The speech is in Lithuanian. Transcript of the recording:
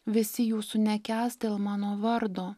visi jūsų nekęs dėl mano vardo